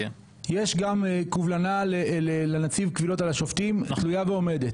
יש גם קובלנה לנציב קבילות השופטים, תלויה ועומדת.